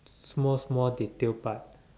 small small detail part